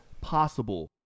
possible